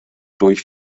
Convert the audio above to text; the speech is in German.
durch